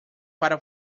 para